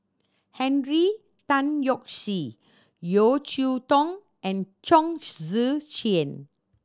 Henry Tan Yoke See Yeo Cheow Tong and Chong Tze Chien